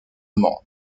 membres